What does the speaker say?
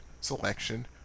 selection